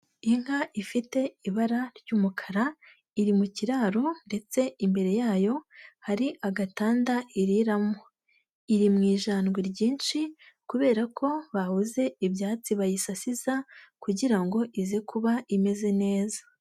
Inka ifite ibara ry'umukara iri mu kiraro ndetse imbere yayo hari agatanda iriramo, iri mu ijandwe ryinshi kubera ko babuze ibyatsi bayisasiza kugira ngo ize kuba imeze neza.